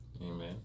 amen